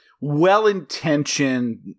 well-intentioned